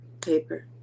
paper